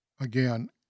Again